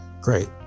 great